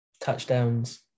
touchdowns